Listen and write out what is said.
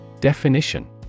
Definition